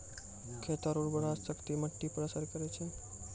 खेत रो उर्वराशक्ति मिट्टी पर असर करै छै